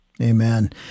amen